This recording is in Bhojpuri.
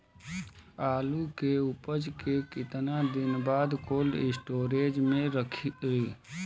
आलू के उपज के कितना दिन बाद कोल्ड स्टोरेज मे रखी?